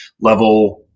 level